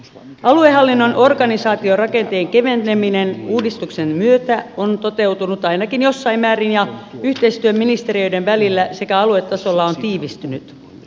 aluehallinnon organisaatiorakenteen keveneminen uudistuksen myötä on toteutunut ainakin jossain määrin ja yhteistyö ministeriöiden välillä sekä aluetasolla on tiivistynyt